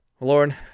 Lauren